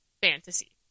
fantasy